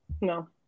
no